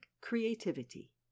Creativity